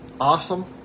awesome